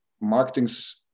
marketing's